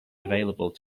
available